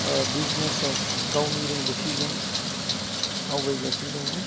बिजनेसाव गावनि रोंगौथिजों आवगायगासिनो दङ